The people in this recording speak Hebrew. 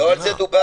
לא על זה דובר.